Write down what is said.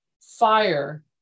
fire